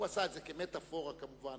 הוא עשה את זה כמטאפורה, כמובן.